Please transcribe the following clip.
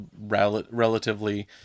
relatively